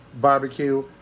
barbecue